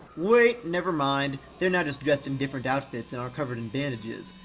wait, never mind. they're now just dressed in different outfits and are covered in bandages.